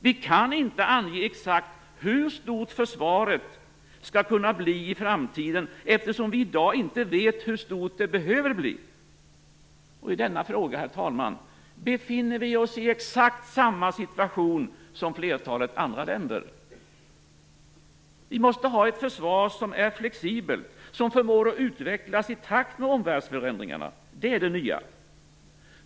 Vi kan inte ange exakt hur stort försvaret skall kunna bli i framtiden eftersom vi i dag inte vet hur stort det behöver bli. I denna fråga, herr talman, befinner vi oss i exakt samma situation som flertalet andra länder. Vi måste ha ett försvar som är flexibelt, som förmår att utvecklas i takt med omvärldsförändringarna. Det är det nya.